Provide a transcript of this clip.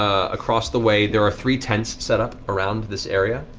ah across the way there are three tents set up around this area.